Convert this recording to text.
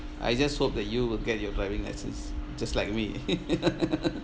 I just hope that you will get your driving license just like me